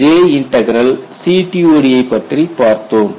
J integral CTOD ஐப் பற்றி பார்த்தோம்